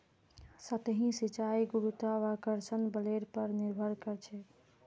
सतही सिंचाई गुरुत्वाकर्षण बलेर पर निर्भर करछेक